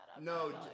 No